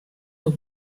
над